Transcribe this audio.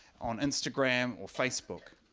on instagram or facebook.